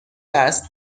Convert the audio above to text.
است